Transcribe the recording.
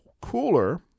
cooler